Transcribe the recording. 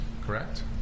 correct